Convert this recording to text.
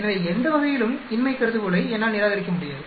எனவே எந்த வகையிலும் இன்மை கருதுகோளை என்னால் நிராகரிக்க முடியாது